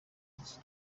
iki